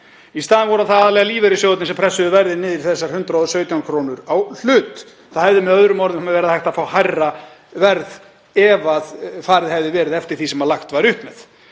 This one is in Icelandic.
Í staðinn voru aðallega lífeyrissjóðirnir sem pressuðu verðið niður í þessar 117 kr. á hlut. Það hefði með öðrum orðum verið hægt að fá hærra verð ef farið hefði verið eftir því sem lagt var upp með.